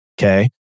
okay